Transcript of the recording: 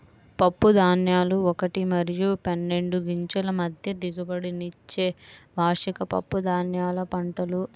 పప్పుధాన్యాలు ఒకటి మరియు పన్నెండు గింజల మధ్య దిగుబడినిచ్చే వార్షిక పప్పుధాన్యాల పంటలు